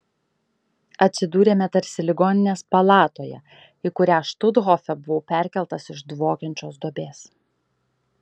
atsidūrėme tarsi ligoninės palatoje į kurią štuthofe buvau perkeltas iš dvokiančios duobės